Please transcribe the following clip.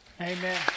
Amen